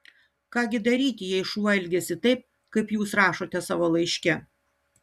ką gi daryti jei šuo elgiasi taip kaip jūs rašote savo laiške